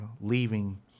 leaving